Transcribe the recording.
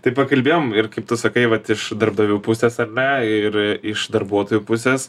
tai pakalbėjom ir kaip tu sakai vat iš darbdavių pusės ar ne ir iš darbuotojų pusės